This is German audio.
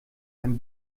ein